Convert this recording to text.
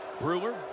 Brewer